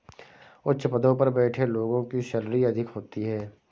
उच्च पदों पर बैठे लोगों की सैलरी अधिक होती है